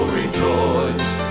rejoice